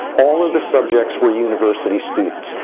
all of the subjects were university students.